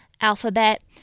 alphabet